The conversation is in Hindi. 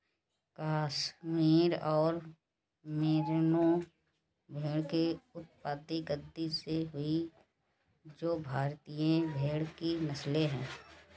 कश्मीर और मेरिनो भेड़ की उत्पत्ति गद्दी से हुई जो भारतीय भेड़ की नस्लें है